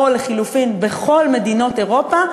או לחלופין "בכל מדינות אירופה",